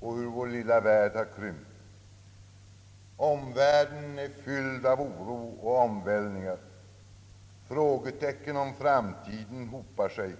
på hur vår lilla värld har krympt. Omvärlden är fylld av oro och omvälvningar. Frågetecknen om framtiden hopar sig.